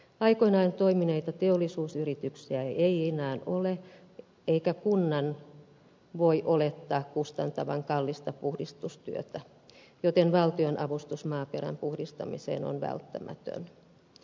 aikoinaan toimineita teollisuusyrityksiä ei enää ole eikä kunnan voi olettaa kustantavan kallista puhdistustyötä joten valtion avustus maaperän puhdistamiseen on välttämätön